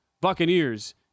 Buccaneers